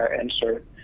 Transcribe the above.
insert